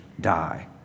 die